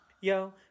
Yo